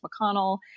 McConnell